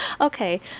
Okay